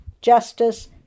justice